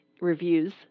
reviews